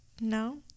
no